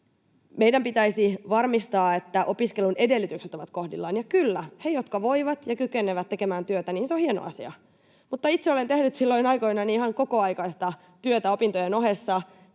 Meidän pitäisi varmistaa, että opiskelun edellytykset ovat kohdillaan, ja kyllä, toiset voivat tehdä ja kykenevät tekemään työtä, ja se on hieno asia. Itse olen tehnyt silloin aikoinani ihan kokoaikaista työtä opintojen ohessa